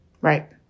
Right